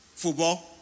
football